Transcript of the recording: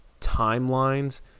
timelines